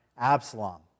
Absalom